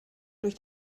durch